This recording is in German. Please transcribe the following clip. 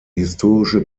historische